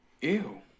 Ew